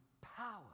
power